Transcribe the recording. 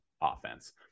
offense